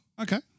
Okay